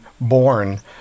born